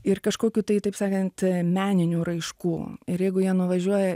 ir kažkokių tai taip sakant meninių raiškų ir jeigu jie nuvažiuoja